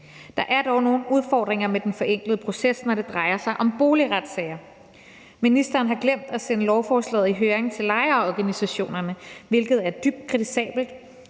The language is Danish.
Der er dog nogle udfordringer med den forenklede proces, når det drejer sig om boligretssager. Ministeren har glemt at sende lovforslaget i høring til lejerorganisationerne, hvilket er dybt kritisabelt.